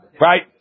right